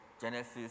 Genesis